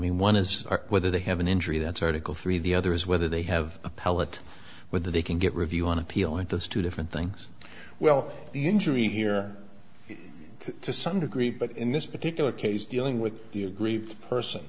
mean one is whether they have an injury that's article three the other is whether they have appellate whether they can get review on appeal and those two different things well the injury here is to some degree but in this particular case dealing with the aggrieved person